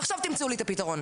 עכשיו תמצאו לי את הפתרון.